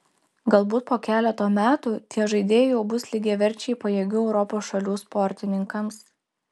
galbūt po keleto metų tie žaidėjai jau bus lygiaverčiai pajėgių europos šalių sportininkams